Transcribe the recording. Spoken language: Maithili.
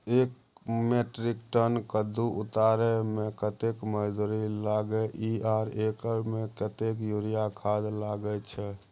एक मेट्रिक टन कद्दू उतारे में कतेक मजदूरी लागे इ आर एक एकर में कतेक यूरिया खाद लागे छै?